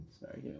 Sorry